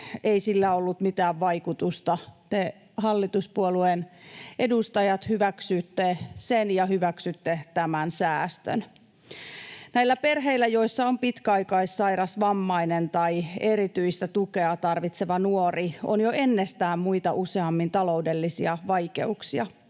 ei sillä ollut mitään vaikutusta. Te, hallituspuolueiden edustajat, hyväksytte sen ja hyväksytte tämän säästön. Näillä perheillä, joissa on pitkäaikaissairas, vammainen tai erityistä tukea tarvitseva nuori, on jo ennestään muita useammin taloudellisia vaikeuksia.